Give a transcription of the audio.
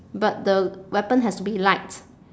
but the weapon has to be light